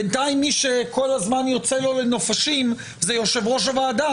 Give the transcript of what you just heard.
בינתיים מי שכל הזמן יוצא לו לנופשים זה יושב-ראש הוועדה.